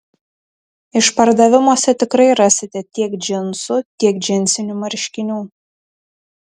išpardavimuose tikrai rasite tiek džinsų tiek džinsinių marškinių